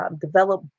develop